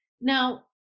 now